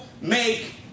make